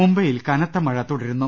മുംബൈയിൽ കനത്ത മഴ തുടരുന്നു